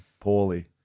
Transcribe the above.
poorly